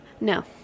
No